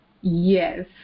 Yes